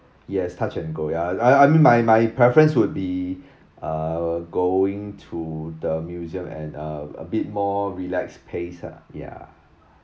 yes touch and go ya I I mean my my preference would be uh going to the museum and uh a bit more relaxed pace ah ya